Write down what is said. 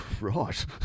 Right